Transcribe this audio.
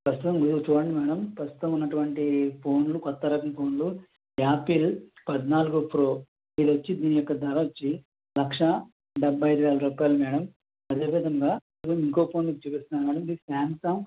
ప్రస్తుతం మీరు చూడండి మేడం ప్రస్తుతం ఉన్నటువంటి ఫోన్లు కొత్త రకం ఫోన్లు యాపిల్ పద్నాలుగు ప్రో ఇది వచ్చి దీని యొక్క ధర వచ్చి లక్షా డెబ్భై ఐదు వేల రూపాయలు మేడం అదే విధంగా ఇంకో ఫోను మీకు చూపిస్తాను మేడం సామ్సంగ్